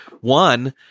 one